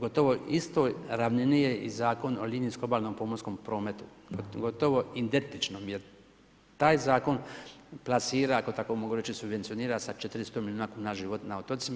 gotovo u istoj ravnini je i Zakon o linijskom obalnom pomorskom prometu, pogotovo identičnom, jer taj zakon, plasira, ako tak mogu reći, subvencionira sa 400 milijuna kuna život na otocima.